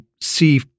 see